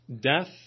Death